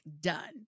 done